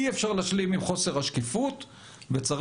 אי אפשר להמשיך עם חוסר השקיפות וצריך